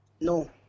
No